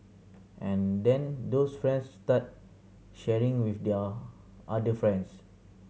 and then those friends start sharing with their other friends